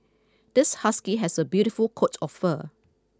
this husky has a beautiful coat of fur